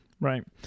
Right